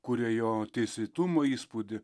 kuria jo teisėtumo įspūdį